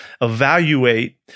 evaluate